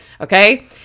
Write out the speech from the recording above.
Okay